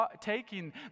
taking